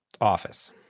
Office